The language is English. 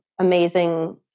amazing